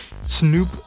Snoop